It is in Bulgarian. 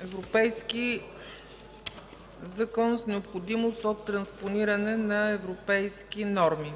Европейски закон с необходимост от транспониране на европейски норми.